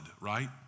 right